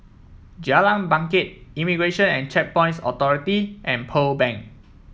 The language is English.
Jalan Bangket Immigration and Checkpoints Authority and Pearl Bank